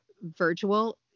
virtual